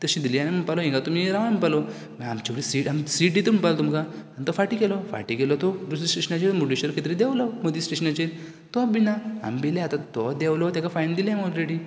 तशें दिली आनी म्हणपा लागलो हिंगां तुमी रावा म्हणपालो मागीर आमचे कडेन सीट आमी सीट दिता म्हणपाक लागलो तुमकां तो फाटी गेलो फाटी गेलो तो दुसरे स्टेशनाचेर मुर्डेश्वर खंय तरी देंवलो मदीं स्टेशनाचेर तोय बीन ना आमी भिले आता तो देंवलो तेका फायन दिली आमी ओलरेडी